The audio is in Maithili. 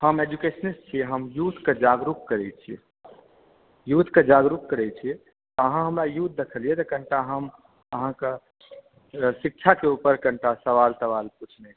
हम एजूकेसनिस्ट छी हम यूथके जागरुक करै छियै यूथके जागरुक करै छियै अहाँ हमरा यूथ देखलियै तऽ कनिटा हम अहाँकेॅं शिक्षाके ऊपर कनिटा सवाल तवाल पूछएक रहय